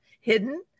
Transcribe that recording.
hidden